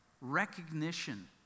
recognition